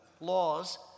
laws